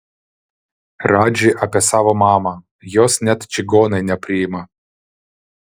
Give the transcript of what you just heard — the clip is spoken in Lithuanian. radži apie savo mamą jos net čigonai nepriima